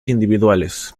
individuales